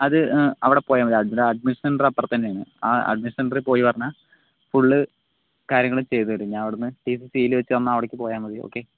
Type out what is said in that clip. അത് അവിടെ പോയാൽമതി അഡ്മിഷൻ്റെ അപ്പുറത്തന്നെയാണ് അവിടെപ്പോയി പറഞ്ഞാൽ ഫുൾ കാര്യങ്ങൾ ചെയ്തുതരും സീൽ വെച്ചുതന്നാൽ അവിടേക്ക് പോയാൽമതി ഓക്കേ